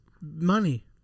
money